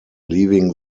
leaving